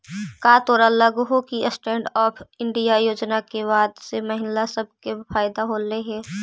का तोरा लग हो कि स्टैन्ड अप इंडिया योजना के बाद से महिला सब के फयदा होलई हे?